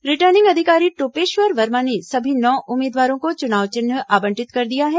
returning अधिकारी टोपेश्वर वर्मा ने सभी नौ उम्मीदवारों को चुनाव चिन्ह आवंटित कर दिया है